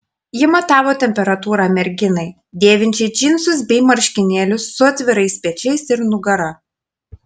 ji matavo temperatūrą merginai dėvinčiai džinsus bei marškinėlius su atvirais pečiais ir nugara